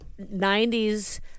90s